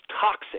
toxic